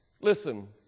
listen